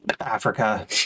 Africa